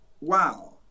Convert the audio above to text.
Wow